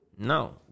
No